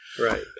Right